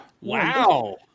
Wow